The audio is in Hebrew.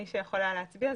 מי שיכול היה להצביע,